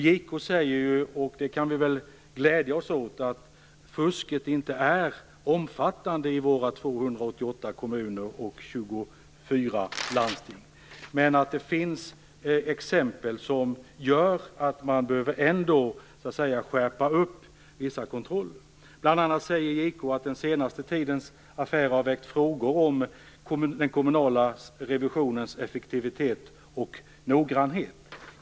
JK säger, och det kan vi väl glädja oss åt, att fusket inte är omfattande i våra 288 kommuner och 24 landsting, men att det finns exempel som gör att man ändå behöver skärpa vissa kontroller. Bl.a. säger JK att den senaste tidens affärer har väckt frågor om den kommunala revisionens effektivitet och noggrannhet.